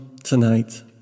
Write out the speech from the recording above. tonight